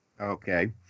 Okay